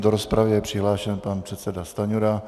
Do rozpravy je přihlášen pan předseda Stanjura.